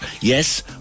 Yes